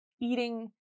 eating